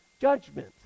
judgment